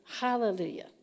Hallelujah